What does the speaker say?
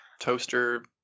toaster